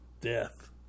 death